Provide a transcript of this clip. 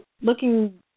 looking